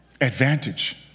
advantage